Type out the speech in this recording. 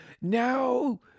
now